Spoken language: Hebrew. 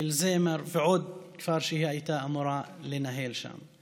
של זמר ועוד כפר שהיא הייתה אמורה לנהל שם.